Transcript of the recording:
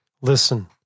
listen